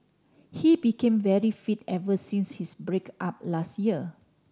he became very fit ever since his break up last year